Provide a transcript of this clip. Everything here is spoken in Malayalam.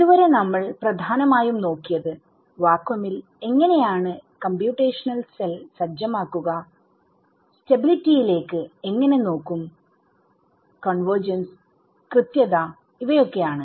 ഇതുവരെ നമ്മൾ പ്രധാനമായും നോക്കിയത് വാക്വമിൽഎങ്ങനെയാണ് കമ്പ്യൂട്ടേഷനൽ സെൽസജ്ജമാക്കുക സ്റ്റബിലിറ്റിയിലേക്ക് എങ്ങനെ നോക്കും കോൺവെർജൻസ്കൃത്യത ഇവയൊക്കെയാണ്